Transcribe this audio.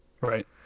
Right